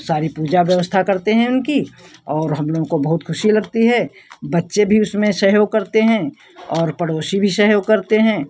सारी पूजा व्यवस्था करते हैं उनकी और हम लोगों को बहुत ख़ुशी लगती है बच्चे भी उसमें सहयोग करते हैं और पड़ोसी भी सहयोग करते हैं